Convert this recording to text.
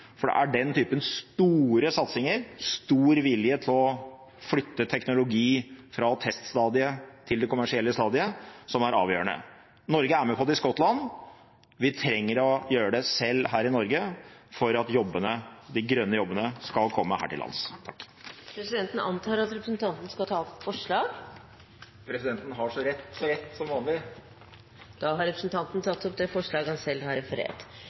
For det er den type store satsinger, og vilje til å flytte teknologi fra teststadiet til det kommersielle stadiet, som er avgjørende. Norge er med på det i Skottland. Vi trenger å gjøre det selv her i Norge, for at de grønne jobbene skal komme her til lands. Presidenten antar at representanten skal ta opp forslag? Presidenten har så rett, så rett – som vanlig. Da har representanten Rasmus Hansson tatt opp Miljøpartiet De Grønnes forslag